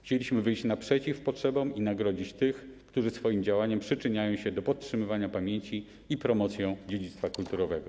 Chcieliśmy wyjść naprzeciw potrzebom i nagrodzić tych, którzy swoim działaniem przyczyniają się do podtrzymywania pamięci i promocji dziedzictwa kulturowego.